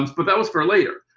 but that was for later.